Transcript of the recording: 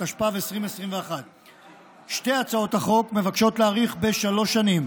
התשפ"ב 2021. שתי הצעות החוק מבקשות להאריך בשלוש שנים